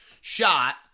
shot